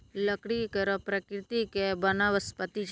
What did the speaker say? लकड़ी कड़ो प्रकृति के वनस्पति छै